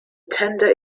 tender